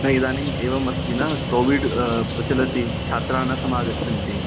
न इदानीं एवमस्ति न कोविड् प्रचलति छात्रा न समागच्छन्ति